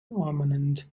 armament